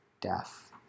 death